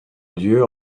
lieu